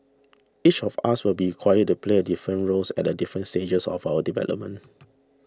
each of us will be required to play a different roles at a different stages of our development